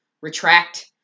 retract